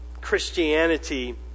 Christianity